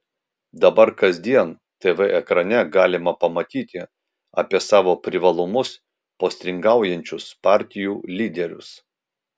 dabar kasdien tv ekrane galima pamatyti apie savo privalumus postringaujančius partijų lyderius